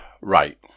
right